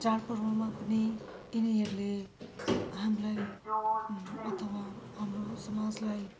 चाँड पर्वमा पनि यिनीहरूले हामीलाई अथवा हाम्रो समाजलाई